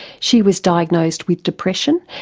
she was diagnosed with depression,